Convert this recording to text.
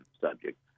subject